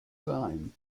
time